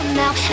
now